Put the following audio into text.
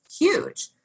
huge